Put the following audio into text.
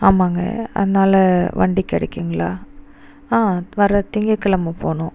ஆமாங்க அதனால வண்டி கிடைக்குங்களா வர திங்கள் கெழமை போகணும்